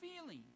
feeling